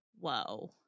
Whoa